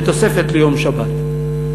בתוספת לשבת.